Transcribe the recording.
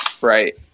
right